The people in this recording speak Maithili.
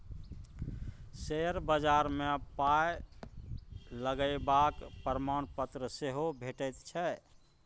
शेयर बजार मे पाय लगेबाक प्रमाणपत्र सेहो भेटैत छै